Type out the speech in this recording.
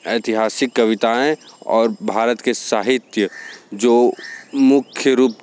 ऐतिहासिक कविताएँ और भारत के साहित्य जो मुख्य रूप